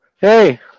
Hey